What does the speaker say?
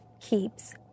keeps